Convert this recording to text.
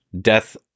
death